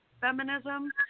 feminism